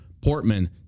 Portman